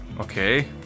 Okay